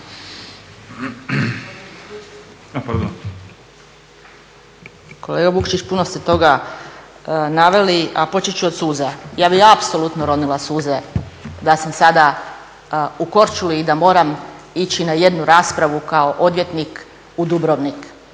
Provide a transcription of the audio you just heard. Kolega Vukšić, puno ste toga naveli a počet ću od suza. Ja bih apsolutno ronila suze da sam sada u Korčuli i da moram ići na jednu raspravu kao odvjetnik u Dubrovnik